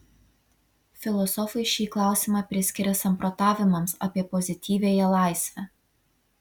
filosofai šį klausimą priskiria samprotavimams apie pozityviąją laisvę